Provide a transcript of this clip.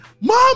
mom